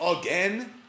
again